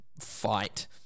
fight